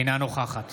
אינה נוכחת